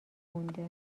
مونده